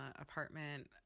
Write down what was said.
apartment